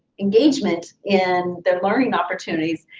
engagement in their learning opportunities.